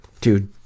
dude